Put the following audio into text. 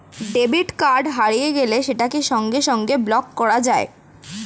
debit card হারিয়ে গেলে সেটাকে সঙ্গে সঙ্গে ব্লক করা যায়